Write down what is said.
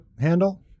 handle